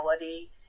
reality